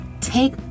take